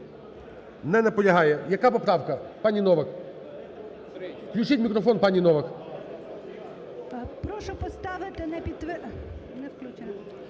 Не наполягає. Яка поправка, пані Новак? Включіть мікрофон пані Новак.